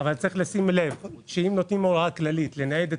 אבל צריך לשים לב שאם נותנים הוראה כללית לנייד את